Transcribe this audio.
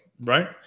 right